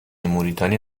موریتانی